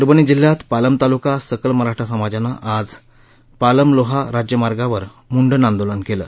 परभणी जिल्ह्यात पालम तालुका सकल मराठा समाजानं आज पालम लोहा राज्यमार्गावर मुंडन आंदोलन केलं